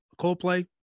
Coldplay